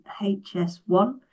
HS1